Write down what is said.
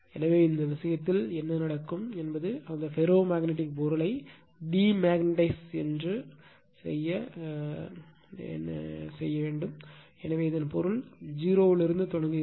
எனவே இந்த விஷயத்தில் என்ன நடக்கும் என்பது அந்த ஃபெரோ மேக்னட்டிக் பொருளை டிமக்னெடைஸ் என்று அழைக்கப்படுகிறது எனவே இதன் பொருள் இது 0 இலிருந்து தொடங்குகிறது